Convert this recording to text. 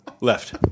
Left